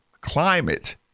climate